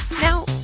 Now